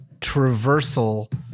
traversal